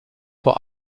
vor